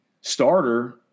starter